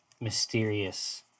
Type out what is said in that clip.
mysterious